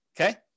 okay